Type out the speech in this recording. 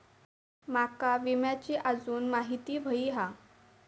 माका विम्याची आजून माहिती व्हयी हा?